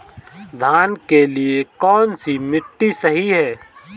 धान के लिए कौन सी मिट्टी सही है?